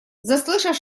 заслышав